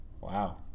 Wow